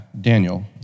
Daniel